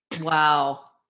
Wow